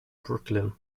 brooklyn